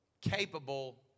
capable